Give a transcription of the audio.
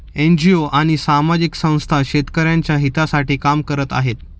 NGO आणि सामाजिक संस्था शेतकऱ्यांच्या हितासाठी काम करत आहेत